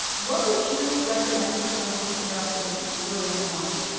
what would you recommend for someone who is interested in brewing at home?